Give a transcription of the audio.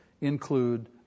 include